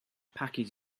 package